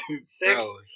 Six